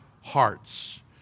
hearts